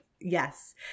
Yes